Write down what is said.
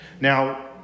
Now